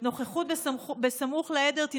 למגורי החוואי סמוך לעדר.